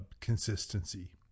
consistency